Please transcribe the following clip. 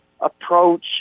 approach